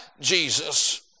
Jesus